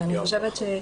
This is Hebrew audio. ואני חושבת,